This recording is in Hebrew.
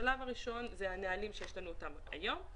השלב הראשון הוא הנהלים שיש לנו אותם היום.